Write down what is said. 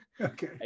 Okay